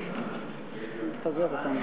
איילת השחר?